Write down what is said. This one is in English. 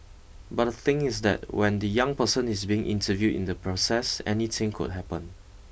but the thing is that when the young person is being interviewed in the process anything could happen